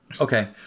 Okay